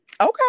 okay